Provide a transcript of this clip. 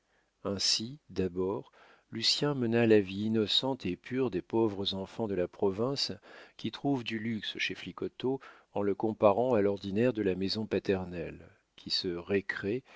ainsi d'abord lucien mena la vie innocente et pure des pauvres enfants de la province qui trouvent du luxe chez flicoteaux en le comparant à l'ordinaire de la maison paternelle qui se récréent